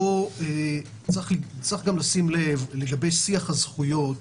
צריך לשים לב לגבי שיח הזכויות,